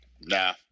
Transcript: nah